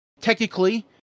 technically